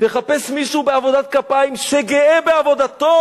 תחפש מישהו בעבודה כפיים שגאה בעבודתו,